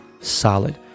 solid